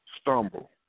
stumble